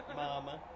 mama